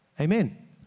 Amen